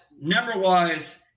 number-wise